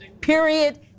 period